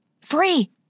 Free